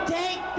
take